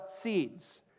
seeds